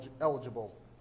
eligible